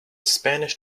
spanish